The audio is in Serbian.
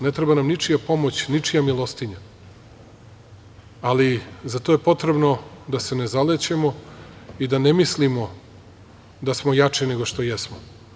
Ne treba nam ničija pomoć, ničija milostinja, ali za to je potrebno da se ne zalećemo i da ne mislimo da smo jači nego što jesmo.